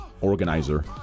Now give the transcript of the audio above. organizer